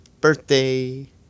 birthday